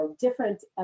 different